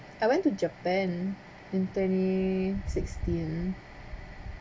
I went to japan in twenty sixteen